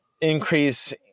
increase